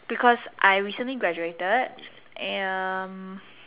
because I recently graduated and